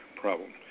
problem